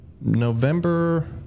November